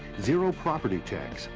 zero property tax,